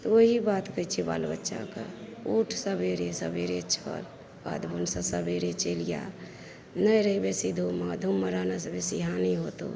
तऽ ओहि बात कहैत छियै बाल बच्चाके उठ सबेरे सबेरे कर बाध बन से सबेरे चलि आ नहि रहि बेसी धूपमे धूपमे रहनाइ से बेसी हानि होयतहुँ